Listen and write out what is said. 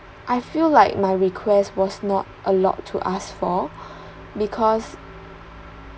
I feel like my request was not a lot to ask for because